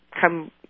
come